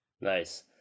Nice